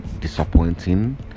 disappointing